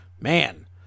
man